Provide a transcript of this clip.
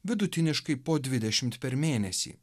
vidutiniškai po dvidešimt per mėnesį